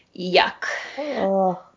Yuck